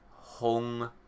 hung